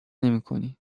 نمیکنی